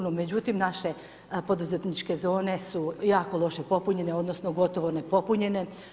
No međutim, naše poduzetničke zone su jako loše popunjene odnosno, gotovo ne popunjene.